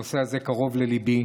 הנושא הזה קרוב לליבי,